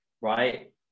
Right